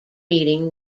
meeting